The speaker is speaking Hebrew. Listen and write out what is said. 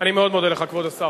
אני מאוד מודה לך, כבוד השר.